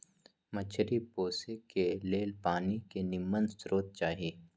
मछरी पोशे के लेल पानी के निम्मन स्रोत चाही